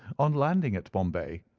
on landing at bombay,